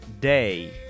Day